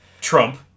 Trump